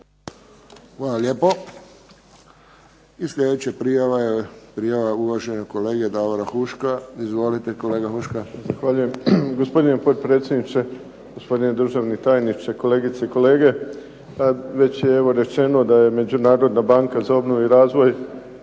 Hvala lijepo. I sljedeća prijava je prijava uvaženog kolege Davora Huška. Izvolite kolega Huška. **Huška, Davor (HDZ)** Zahvaljujem. Gospodine potpredsjedniče, gospodine državni tajniče, kolegice i kolege. Već je evo rečeno da je Međunarodna banka za obnovu i razvoj